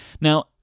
Now